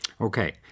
Okay